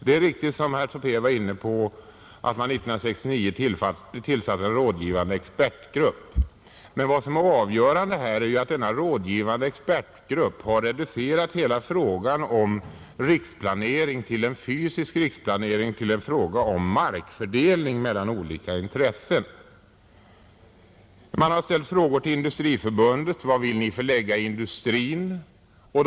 Det är riktigt, som herr Tobé var inne på, att det 1969 tillsattes en rådgivande expertgrupp, men vad som är avgörande här är ju att expertgruppen har gjort frågan om en fysisk riksplanering till enbart en fråga om markfördelning mellan olika intressen, Man har frågat Industriförbundet var industrin vill förlägga sin verksamhet.